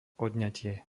odňatie